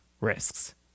risks